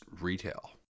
retail